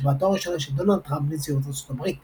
עם השבעתו הראשונה של דונלד טראמפ לנשיאות ארצות הברית.